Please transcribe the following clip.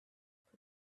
put